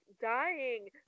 dying